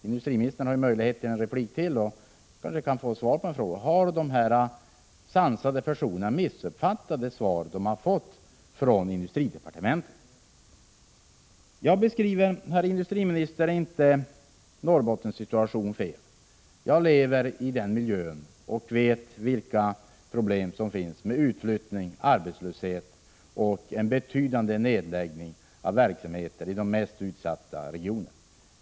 Industriministern har möjlighet till ytterligare en replik, och då kanske vi kan få svar på frågan om dessa sansade personer har missuppfattat det svar som de fått från industridepartementet. Jag beskriver, herr industriminister, inte Norrbottens situation fel. Jag lever i den miljön och vet vilka problem som finns med utflyttning, arbetslöshet och en betydande nedläggning av verksamheter i de mest utsatta regionerna.